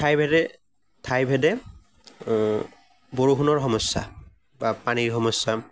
ঠাইভেদে ঠাইভেদে বৰষুণৰ সমস্যা বা পানীৰ সমস্যা